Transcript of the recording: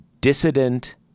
dissident